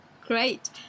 great